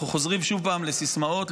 אנחנו חוזרים שוב לסיסמאות,